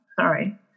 sorry